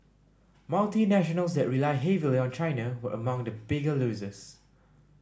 multinationals that rely heavily on China were among the bigger losers